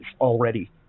already